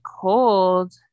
cold